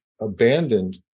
abandoned